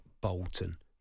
Bolton